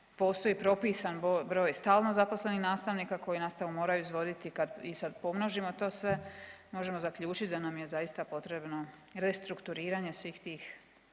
postoji propisan broj stalno zaposlenih nastavnika koji nastavu moraju izvoditi. I kad pomnožimo to sve možemo zaključiti da nam je zaista potrebno restrukturiranje svih tih